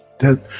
then,